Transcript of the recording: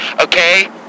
okay